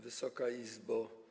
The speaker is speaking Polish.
Wysoka Izbo!